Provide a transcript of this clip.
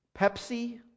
Pepsi